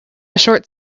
short